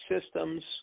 systems